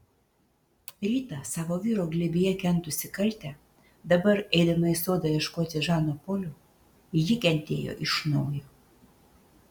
rytą savo vyro glėbyje kentusi kaltę dabar eidama į sodą ieškoti žano polio ji kentėjo iš naujo